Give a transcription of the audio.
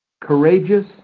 courageous